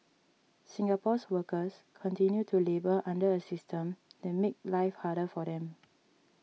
Singapore's workers continue to labour under a system that makes life harder for them